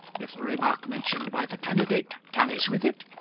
if the remark mentioned by the candidate tallies with it,